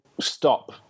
stop